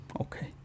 okay